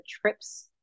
trips